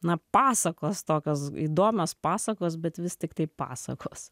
na pasakos tokios įdomios pasakos bet vis tiktai pasakos